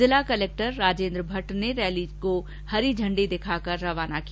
जिला कलेक्टर राजेन्द्र भट्ट ने रैली को हरी झंडी दिखाकर रवाना किया